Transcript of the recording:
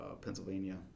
Pennsylvania